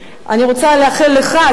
אני רוצה לאחל לך,